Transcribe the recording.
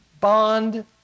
bond